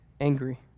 angry